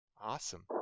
Awesome